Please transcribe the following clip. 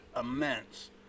immense